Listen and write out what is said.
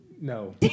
No